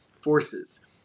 forces